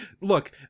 look